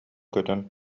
көтөн